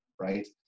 right